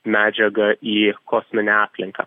medžiagą į kosminę aplinką